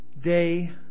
day